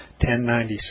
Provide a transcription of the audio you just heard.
1096